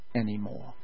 anymore